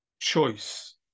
choice